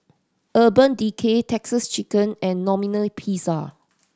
Urban Decay Texas Chicken and Domino Pizza